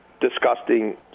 disgusting